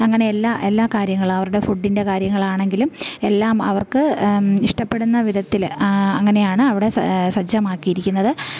അങ്ങനെയെല്ലാ എല്ലാ കാര്യങ്ങൾ അവരുടെ ഫുഡിൻ്റെ കാര്യങ്ങളാണെങ്കിലും എല്ലാം അവർക്ക് ഇഷ്ടപ്പെടുന്ന വിധത്തിൽ അങ്ങനെയാണ് അവിടെ സജ്ജമാക്കിയിരിക്കുന്നത്